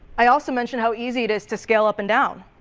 i also mentioned how easy it is to scale up and down.